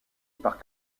par